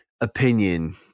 opinion